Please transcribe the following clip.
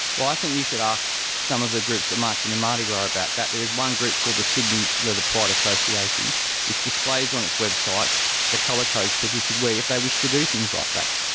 well, i think you should ask some of the groups that march in the mardi gras about that. there is one group called the sydney leather pride association which displays on its website the colour codes people should wear if they wish to do things like that.